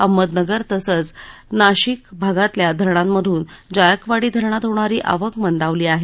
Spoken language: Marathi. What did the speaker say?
अहमदनगर तसंच नाशिक भागातल्या धरणांमधून जायकवाडी धरणात होणारी आवक मंदावली आहे